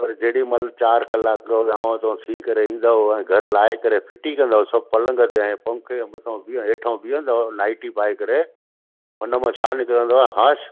पर जेॾहिं महिल चारि कलाक वियाव थो थी करे ईंदव घर लाइ करे फिटी कंदुव सभु पलंग ते ऐं पंखे जे मथां बि ऐं हेठा बि बीहंदुव नाइटी पाए करे हुन मां छा निकिरंदो आहे हाश